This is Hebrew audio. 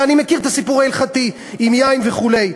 ואני מכיר את הסיפור ההלכתי עם יין וכו'.